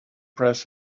press